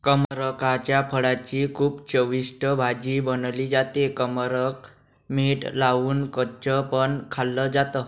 कमरकाच्या फळाची खूप चविष्ट भाजी बनवली जाते, कमरक मीठ लावून कच्च पण खाल्ल जात